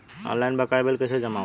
Online बकाया bill कैसे जमा होला?